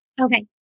Okay